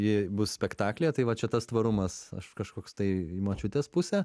ji bus spektaklyje tai va čia tas tvarumas aš kažkoks tai į močiutės pusę